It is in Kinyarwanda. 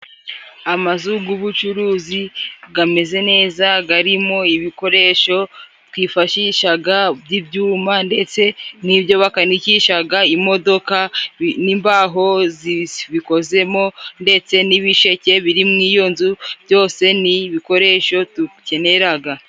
Amazu gw'ubucuruzi gameze neza, garimo ibikoresho twifashishaga by'ibyuma, ndetse n'ibyo bakanikishaga imodoka, n'imbaho zibikozemo ndetse n'ibisheke biri muri iyo nzu, byose ni ibikoresho dukeneraga.